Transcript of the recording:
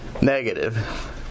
Negative